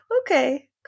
Okay